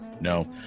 No